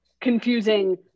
confusing